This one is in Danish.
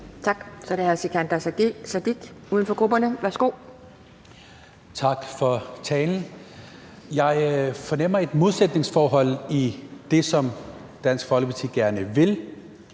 Kl. 11:48 Sikandar Siddique (UFG): Tak for talen. Jeg fornemmer et modsætningsforhold i det, som Dansk Folkeparti gerne vil